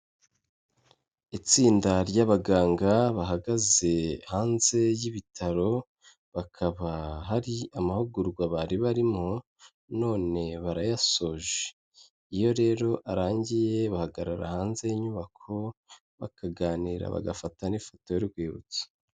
Itsinda ry'abaganga bahagaze hanze y'ibitaro bakaba hari amahugurwa bari barimo none barayasoje, iyo rero arangiye bahagarara hanze y'inyubako bakaganira bagafata n'ifoto y'urwibutso.